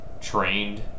trained